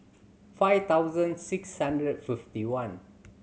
five thousand six hundred fifty one